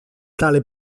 tale